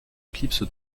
éclipse